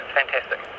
fantastic